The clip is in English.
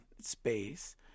space